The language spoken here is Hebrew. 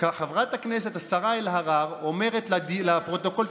חברת הכנסת השרה אלהרר אומרת לפרוטוקול,